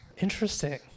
Interesting